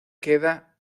queda